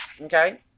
Okay